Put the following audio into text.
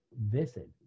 visit